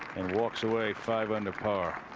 and walks away five under par.